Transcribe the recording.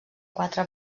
quatre